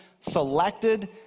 selected